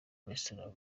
rasta